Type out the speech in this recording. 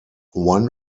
one